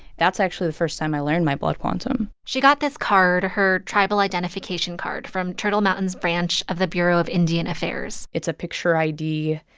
that's actually the first time i learned my blood quantum she got this card her tribal identification card from turtle mountain's branch of the bureau of indian affairs it's a picture id.